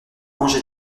ange